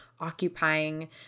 occupying